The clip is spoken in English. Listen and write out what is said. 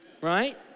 right